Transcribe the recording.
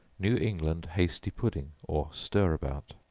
new england hasty pudding, or stir-about.